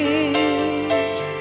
age